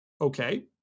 okay